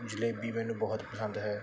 ਜਲੇਬੀ ਮੈਨੂੰ ਬਹੁਤ ਪਸੰਦ ਹੈ